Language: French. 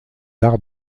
arts